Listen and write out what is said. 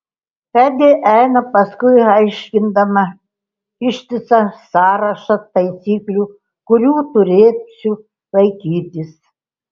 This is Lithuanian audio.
edi eina paskui aiškindama ištisą sąrašą taisyklių kurių turėsiu laikytis